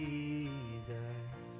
Jesus